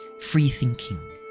free-thinking